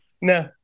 No